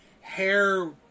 hair